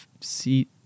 seat